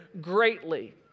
greatly